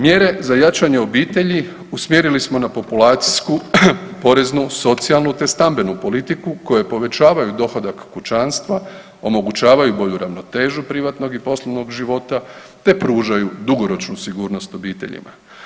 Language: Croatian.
Mjere za jačanje obitelji usmjerili smo na populacijsku, poreznu, socijalnu, te stambenu politiku koje povećavaju dohodak kućanstva, omogućavaju bolju ravnotežu privatnog i poslovnog života, te pružaju dugoročnu sigurnost obiteljima.